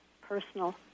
personal